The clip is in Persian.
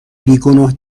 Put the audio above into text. بیگناه